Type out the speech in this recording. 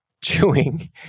chewing